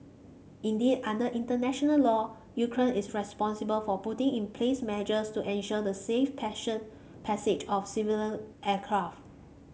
indeed under international law Ukraine is responsible for putting in place measures to ensure the safe passion passage of civilian aircraft